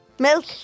Milk